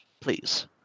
please